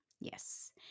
Yes